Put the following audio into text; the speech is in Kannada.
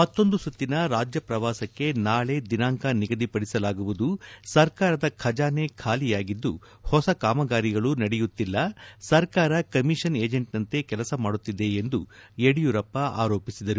ಮತ್ತೊಂದು ಸುತ್ತಿರನ ರಾಜ್ಯ ಪ್ರವಾಸಕ್ಕೆ ನಾಳೆ ದಿನಾಂಕ ನಿಗದಿ ಪಡಿಸಲಾಗುವುದು ಸರ್ಕಾರದ ಖಜಾನೆ ಖಾಲಿಯಾಗಿದ್ದು ಹೊಸಕಾಮಗಾರಿಗಳು ನಡೆಯುತ್ತಿಲ್ಲ ಸರ್ಕಾರ ಕಮಿಷನ್ ಏಜೆಂಟ್ನಂತೆ ಕೆಲಸ ಮಾಡುತ್ತಿದೆ ಎಂದು ಯಡಿಯೂರಪ್ಪ ದೂರಿದರು